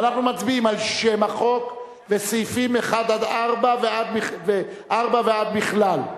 ואנחנו מצביעים על שם החוק וסעיפים 1 4 ועד בכלל.